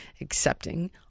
accepting